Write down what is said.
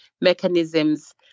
mechanisms